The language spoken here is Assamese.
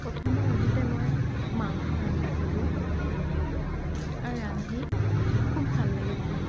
প্ৰথমবাৰ ৰান্ধোতে মই মাংস ৰান্ধিছিলো আৰু ৰান্ধি খুব ভাল লাগিছিল